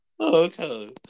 okay